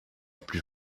plus